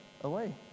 away